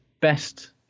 best